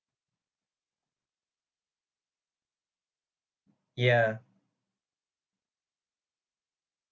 ya